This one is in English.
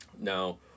Now